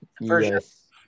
Yes